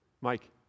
Mike